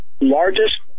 largest